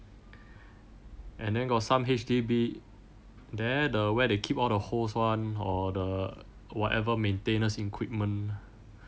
and then got some H_D_B there the where they keep all the hose [one] or the whatever maintenance equipment